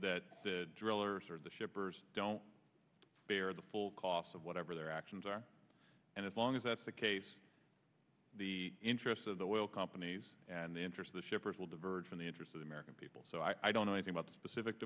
don't the drillers or the shippers don't bear the full costs of whatever their actions are and as long as that's the case the interests of the oil companies and the interest of the shippers will diverge from the interests of the american people so i don't know anything about the specific